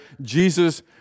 Jesus